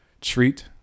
treat